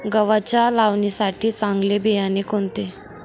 गव्हाच्या लावणीसाठी चांगले बियाणे कोणते?